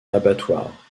abattoir